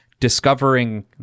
discovering